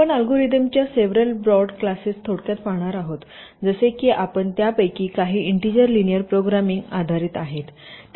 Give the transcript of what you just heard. आपण अल्गोरिदमच्या several broad classes थोडक्यात पाहणार आहोत जसे की आपण त्यापैकी काही इंटिजर लिनियर प्रोग्रामिंग आधारित आहोत